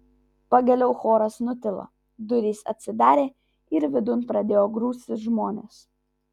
pagaliau choras nutilo durys atsidarė ir vidun pradėjo grūstis žmonės